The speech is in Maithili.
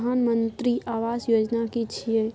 प्रधानमंत्री आवास योजना कि छिए?